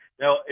Now